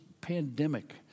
pandemic